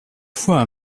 foi